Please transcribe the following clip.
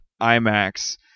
IMAX